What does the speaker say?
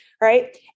Right